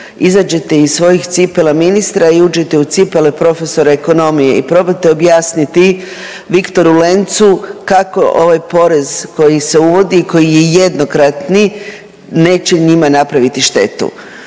izađete iz svojih cipela ministra i uđete u cipele profesora ekonomije i probate objasniti Viktoru Lencu kako ovaj porez koji se uvodi i koji je jednokratni neće njima napraviti štetu.